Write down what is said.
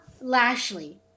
Lashley